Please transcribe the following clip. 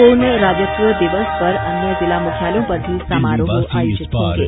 पूर्ण राज्यत्व दिवस पर अन्य जिला मुख्यालयों पर भी समारोह आयोजित होंगे